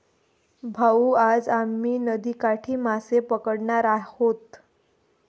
भाऊ, आज आम्ही नदीकाठी मासे पकडणार आहोत